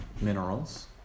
minerals